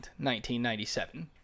1997